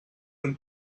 and